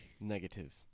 negative